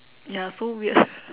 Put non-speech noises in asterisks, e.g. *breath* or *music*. ya so weird *breath*